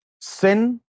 sin